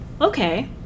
Okay